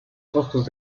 costos